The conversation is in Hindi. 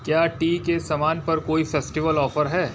क्या टी के समान पर कोई फेस्टिवल औफर है